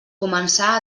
començà